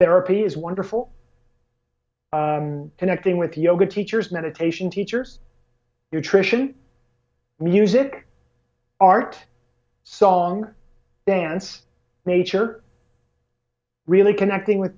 pieces wonderful connecting with yoga teachers meditation teachers nutrition music art song dance nature really connecting with